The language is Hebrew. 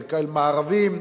חלקם ערבים,